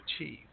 achieve